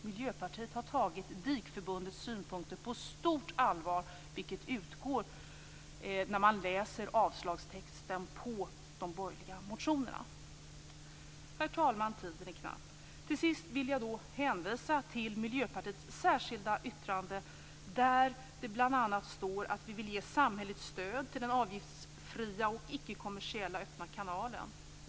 Miljöpartiet har tagit DIK-förbundets synpunkter på stort allvar, vilket framgår när man läser avslagstexten i anslutning till de borgerliga motionerna. Herr talman! Tiden är knapp. Till sist vill jag hänvisa till Miljöpartiets särskilda yttrande där det bl.a. står att vi vill ge samhällets stöd till den avgiftsfria och icke-kommersiella öppna kanalen.